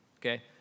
okay